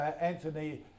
Anthony